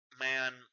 Man